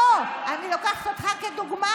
לא, אני לוקחת אותך כדוגמה.